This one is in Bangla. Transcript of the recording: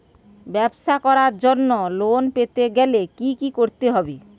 ব্যবসা করার জন্য লোন পেতে গেলে কি কি করতে হবে?